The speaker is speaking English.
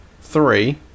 three